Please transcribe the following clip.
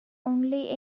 only